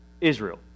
Israel